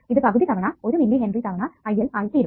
ഇത് പകുതി തവണ 1 മില്ലി ഹെൻറി തവണ IL ആയിത്തീരും